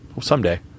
someday